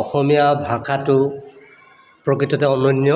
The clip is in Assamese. অসমীয়া ভাষাটো প্ৰকৃততে অনন্য